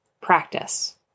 practice